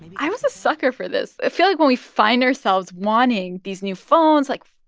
and i was a sucker for this. i feel like when we find ourselves wanting these new phones, like,